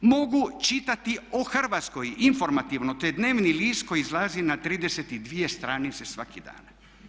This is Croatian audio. Mogu čitati o Hrvatskoj informativno taj dnevni list koji izlazi na 32 stranice svaki dan.